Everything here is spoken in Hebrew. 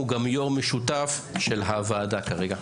הוא יו"ר משותף של הוועדה כרגע.